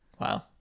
Wow